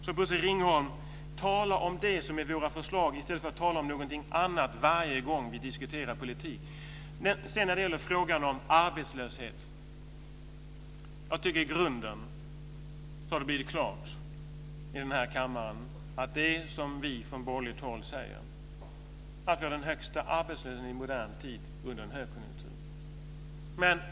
Så, Bosse Ringholm: Tala om det som är våra förslag i stället för att tala om något annat varje gång vi diskuterar politiken. När det gäller frågan om arbetslösheten tycker jag i grunden att det har blivit klart i den här kammaren att det är så som vi från borgerligt håll säger, att vi har den högsta arbetslösheten i modern tid under en högkonjunktur.